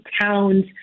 towns